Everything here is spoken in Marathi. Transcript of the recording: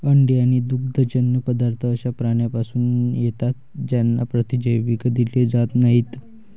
अंडी आणि दुग्धजन्य पदार्थ अशा प्राण्यांपासून येतात ज्यांना प्रतिजैविक दिले जात नाहीत